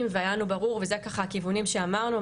והיה לנו ברור וזה היה הכיוונים שאמרנו,